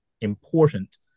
important